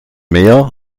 mehr